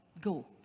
go